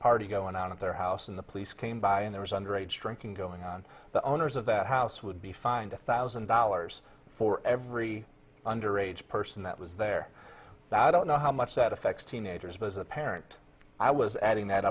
party going on at their house and the police came by and there was underage drinking going on the owners of that house would be fined a thousand dollars for every under age person that was there i don't know how much that affects teenagers but as a parent i was adding that